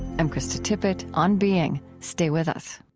i'm krista tippett, on being. stay with us